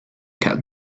cut